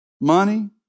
money